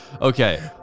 okay